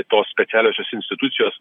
tos specialiosios institucijos